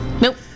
Nope